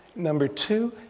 number two,